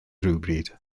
rhywbryd